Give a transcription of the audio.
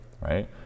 Right